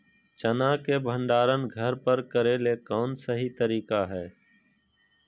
चना के भंडारण घर पर करेले कौन सही तरीका है?